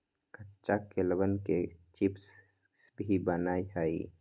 कच्चा केलवन के चिप्स भी बना हई